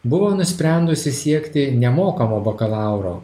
buvo nusprendusi siekti nemokamo bakalauro